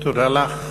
תודה לך.